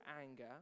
anger